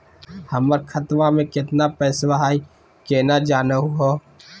हमर खतवा मे केतना पैसवा हई, केना जानहु हो?